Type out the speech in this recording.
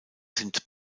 sind